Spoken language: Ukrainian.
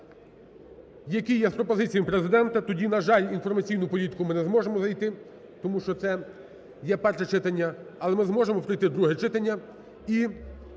які є з пропозиціями Президента. Тоді, на жаль, інформаційну політику ми не зможемо зайти, тому що це є перше читання. Але ми зможемо пройти друге читання